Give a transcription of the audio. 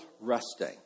resting